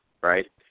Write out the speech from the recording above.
right